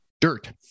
dirt